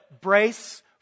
brace